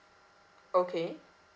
okay